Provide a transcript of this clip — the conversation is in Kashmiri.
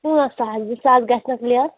پانٛژھ ساس زٕ ساس گژھِ نہ حظ لیٚس